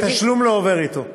גם התשלום לא עובר אתו.